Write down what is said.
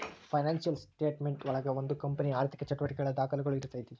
financial statement ಒಳಗ ಒಂದು ಕಂಪನಿಯ ಆರ್ಥಿಕ ಚಟುವಟಿಕೆಗಳ ದಾಖುಲುಗಳು ಇರ್ತೈತಿ